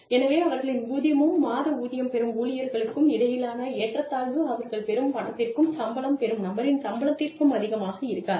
எனவே அவர்களின் ஊதியமும் மாத ஊதியம் பெரும் ஊழியர்களுக்கும் இடையிலான ஏற்றத்தாழ்வு அவர்கள் பெறும் பணத்திற்கும் சம்பளம் பெறும் நபரின் சம்பளத்திற்கும் அதிகமாக இருக்காது